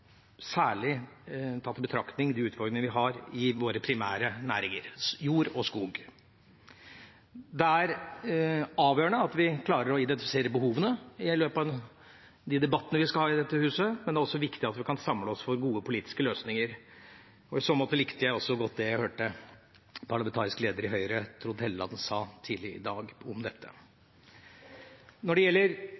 særlig tatt i betraktning de utfordringene vi har i våre primære næringer: jord og skog. Det er avgjørende at vi klarer å identifisere behovene i løpet av de debattene vi skal ha i dette huset, men det er også viktig at vi kan samle oss om gode politiske løsninger. I så måte likte jeg godt det jeg hørte parlamentarisk leder i Høyre, Trond Helleland, si tidligere i dag om dette.